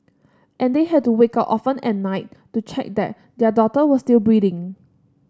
and they had to wake up often at night to check that their daughter was still breathing